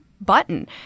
button